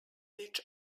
which